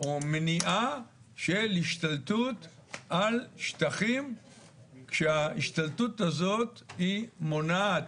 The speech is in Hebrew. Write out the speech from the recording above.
או מניעה של השתלטות על שטחים כשההשתלטות הזאת מונעת,